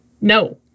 No